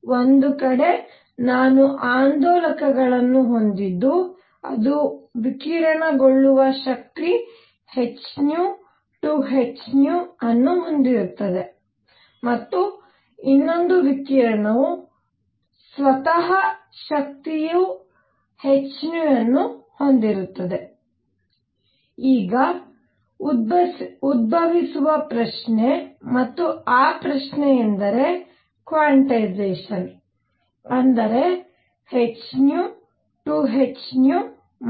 ಆದ್ದರಿಂದ ಒಂದು ಕಡೆ ನಾನು ಆಂದೋಲಕಗಳನ್ನು ಹೊಂದಿದ್ದು ಅದು ವಿಕಿರಣಗೊಳ್ಳುವ ಶಕ್ತಿ h2 h ಅನ್ನು ಹೊಂದಿರುತ್ತದೆ ಮತ್ತು ಇನ್ನೊಂದು ವಿಕಿರಣವು ಸ್ವತಃ ಶಕ್ತಿಯ h ಅನ್ನು ಹೊಂದಿರುತ್ತದೆ ಈಗ ಉದ್ಭವಿಸುವ ಪ್ರಶ್ನೆ ಮತ್ತು ಆ ಪ್ರಶ್ನೆ ಎಂದರೆ ಕ್ವಾಂಟೈಝೆಷನ್ ಅಂದರೆ h 2 h